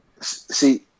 See